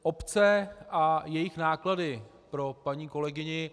Obce a jejich náklady pro paní kolegyni.